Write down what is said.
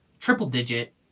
triple-digit